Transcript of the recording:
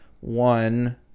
one